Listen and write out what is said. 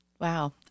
Wow